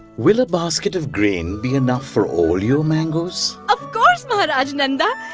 will a basket of grain be enough for all your mangoes? of course, maharaj nanda.